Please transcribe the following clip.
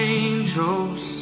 angels